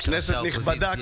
כנסת נכבדה,